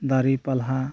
ᱫᱟᱨᱮ ᱯᱟᱞᱦᱟ